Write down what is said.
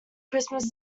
christmas